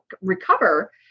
recover